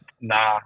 Nah